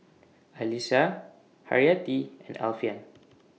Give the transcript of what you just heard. Alyssa Haryati and Alfian